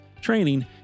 training